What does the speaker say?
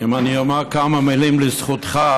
אם אני אומר כמה מילים לזכותך,